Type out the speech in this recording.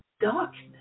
darkness